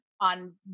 on